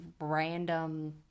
random